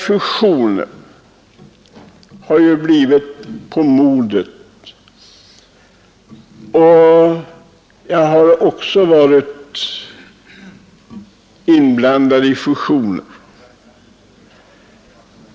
Fusioner har ju blivit på modet, och även jag har varit inblandad i fusioner.